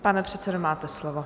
Pane předsedo, máte slovo.